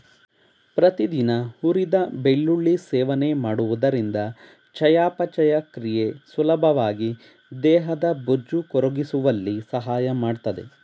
ಪ್ರತಿದಿನ ಹುರಿದ ಬೆಳ್ಳುಳ್ಳಿ ಸೇವನೆ ಮಾಡುವುದರಿಂದ ಚಯಾಪಚಯ ಕ್ರಿಯೆ ಸುಲಭವಾಗಿ ದೇಹದ ಬೊಜ್ಜು ಕರಗಿಸುವಲ್ಲಿ ಸಹಾಯ ಮಾಡ್ತದೆ